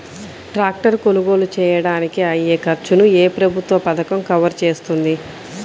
Tractor కొనుగోలు చేయడానికి అయ్యే ఖర్చును ఏ ప్రభుత్వ పథకం కవర్ చేస్తుంది?